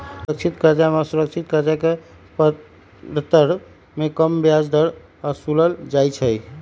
सुरक्षित करजा में असुरक्षित करजा के परतर में कम ब्याज दर असुलल जाइ छइ